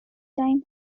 time